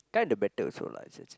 kind of better also lah